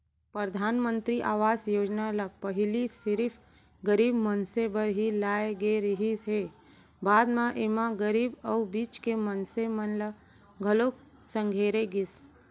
परधानमंतरी आवास योजना ल पहिली सिरिफ गरीब मनसे बर ही लाए गे रिहिस हे, बाद म एमा गरीब अउ बीच के मनसे मन ल घलोक संघेरे गिस